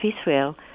Israel